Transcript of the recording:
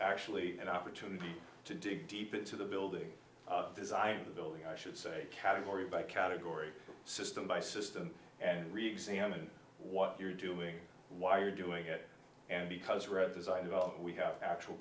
actually an opportunity to dig deep into the building of designing the building i should say category by category system by system and reexamine what you're doing why are you doing it and because read design develop we have actual